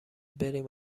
بریم